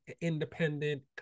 independent